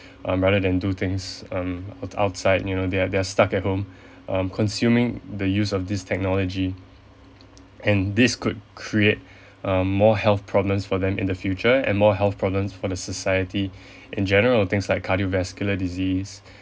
um rather than do things um outside you know they're they're stuck at home um consuming the use of this technology and this could create um more health problems for them in the future and more health problems for the society in general things like cardio vascular disease